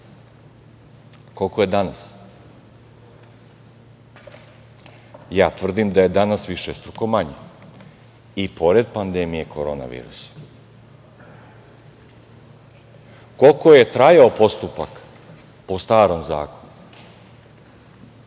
Koliko je danas? Ja tvrdim da je danas višestruko manje i pored pandemije korona virusa. Koliko je trajao postupak po starom zakonu?